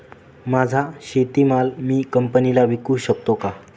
माझा शेतीमाल मी कंपनीला विकू शकतो का?